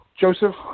Joseph